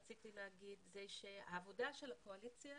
העבודה של הקואליציה